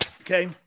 okay